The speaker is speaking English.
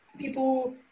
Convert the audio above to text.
People